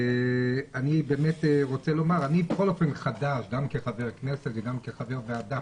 אני באמת רוצה לומר - אני חדש גם כחבר כנסת וגם כחבר ועדה,